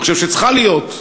אני חושב שצריכה להיות,